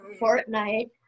Fortnite